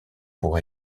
pour